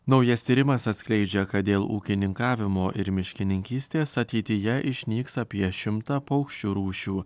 naujas tyrimas atskleidžia kad dėl ūkininkavimo ir miškininkystės ateityje išnyks apie šimtą paukščių rūšių